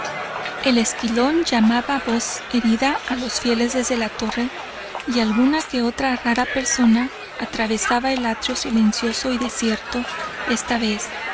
el esquilón llamaba á voz herida á los fieles desde la torre y alguna que otra rara persona atravesaba el átrio silencioso y desierto esta vez